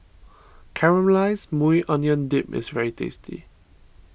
Caramelized Maui Onion Dip is very tasty